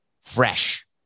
fresh